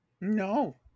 no